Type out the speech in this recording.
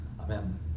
Amen